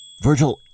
Virgil